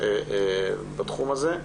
בתחום הזה,